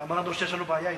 אמרנו שיש לנו בעיה אתו.